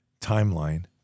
timeline